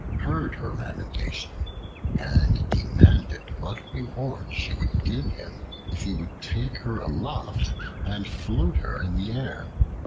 heard her lamentation and demanded what reward she would give him if he would take her aloft and float her in the air.